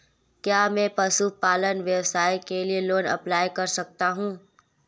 क्या मैं पशुपालन व्यवसाय के लिए लोंन अप्लाई कर सकता हूं?